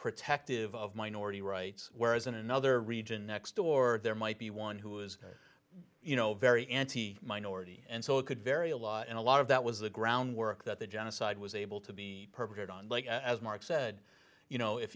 protective of minority rights whereas in another region next door there might be one who was you know very anti minority and so it could vary a lot and a lot of that was the groundwork that the genocide was able to be perpetrated on like as mark said you know